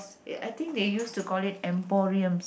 ya I think they used to call it emporium